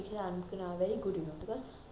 she wants to do all that you know